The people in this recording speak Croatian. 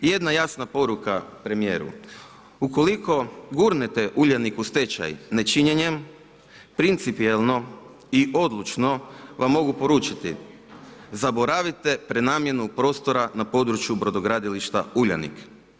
Jedna jasna poruka premjeru, ukoliko gurnete Uljanik u stečaj nečinjenjem, principijelno i odlučno vam mogu poručiti zaboravite prenamjenu prostora na području brodogradilišta Uljanik.